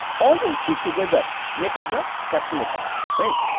all these three together make up the capital account right